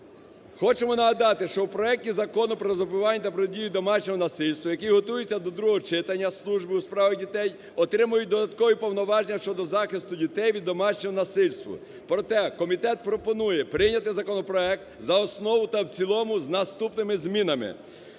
Хочемо нагадати, що в проекті Закону про запобігання та протидію домашньому насильству, який готується до другого читання Службою у справах дітей, отримають додаткові повноваження щодо захисту дітей від домашнього насильства. Проте комітет пропонує прийняти законопроект за основу та в цілому з наступними змінами.